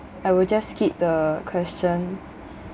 I will just skip the question